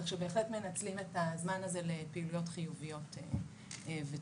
כך שבהחלט מנצלים את הזמן הזה לפעילויות חיוביות ותורמות.